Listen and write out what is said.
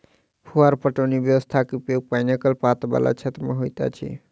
फुहार पटौनी व्यवस्थाक उपयोग पाइनक अल्पता बला क्षेत्र मे होइत अछि